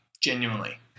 genuinely